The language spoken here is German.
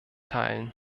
teilen